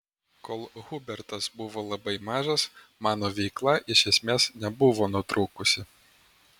kol hubertas buvo labai mažas mano veikla iš esmės nebuvo nutrūkusi